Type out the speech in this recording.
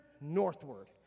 northward